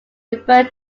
refer